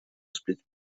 успеть